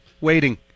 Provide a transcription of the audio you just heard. Waiting